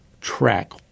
track